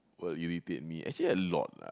what irritate me actually a lot lah